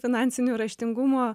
finansinių raštingumo